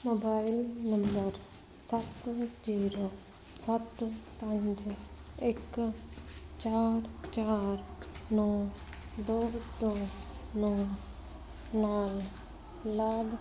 mobile number ਸੱਤ zero ਸੱਤ ਪੰਜ ਇੱਕ ਚਾਰ ਚਾਰ ਨੌਂ ਦੋ ਦੋ ਨੌਂ ਨਾਲ ਲਾਭ